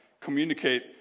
communicate